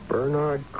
Bernard